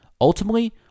Ultimately